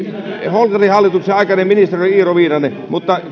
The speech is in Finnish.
holkerin hallituksen aikainen ministeri oli iiro viinanen mutta